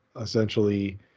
essentially